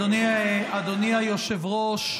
אדוני היושב-ראש,